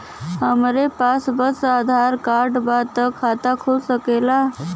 हमरे पास बस आधार कार्ड बा त खाता खुल सकेला?